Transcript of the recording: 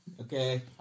Okay